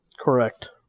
Correct